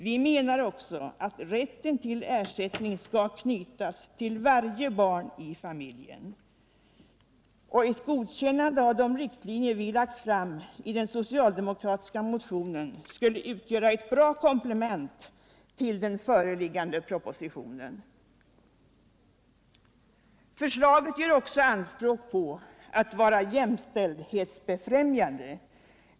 Vi menar också att rätten till ersättning skall knytas till varje barn i familjen. Ett godkännande av de riktlinjer som vi lagt fram i den socialdemokratiska motionen skulle utgöra ett bra komplement till den föreliggande propositionen. Förslaget gör också anspråk på att vara jämställdhetsfrämjande.